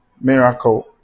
miracle